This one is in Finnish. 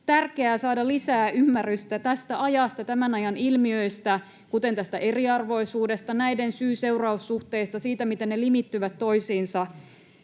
tärkeää saada lisää ymmärrystä tästä ajasta, tämän ajan ilmiöistä, kuten tästä eriarvoisuudesta, näiden syy—seuraus-suhteista, siitä, miten ne limittyvät toisiinsa.